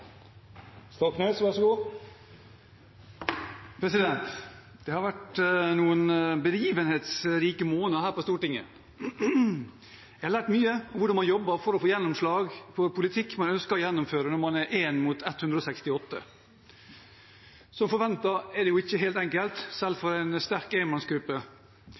Det har vært noen begivenhetsrike måneder her på Stortinget. Jeg har lært mye om hvordan man jobber for å få gjennomslag for politikk man ønsker å gjennomføre, når man er én mot 168. Som forventet er det jo ikke helt enkelt, selv for en sterk